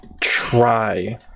try